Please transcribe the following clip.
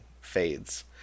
fades